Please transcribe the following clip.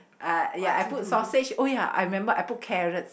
uh ya I put sausage oh ya I remember I put carrots